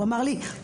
הוא אמר לי,